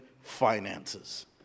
Finances